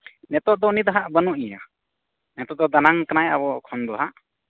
ᱱᱤᱛᱚᱜ ᱫᱚ ᱩᱱᱤ ᱫᱚ ᱱᱟᱦᱟᱜ ᱵᱟᱹᱱᱩᱜ ᱮᱭᱟ ᱱᱤᱛᱚᱜ ᱫᱚ ᱫᱟᱱᱟᱝ ᱠᱟᱱᱟᱭ ᱟᱵᱚ ᱠᱷᱚᱱ ᱫᱚ ᱦᱟᱸᱜ